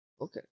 Okay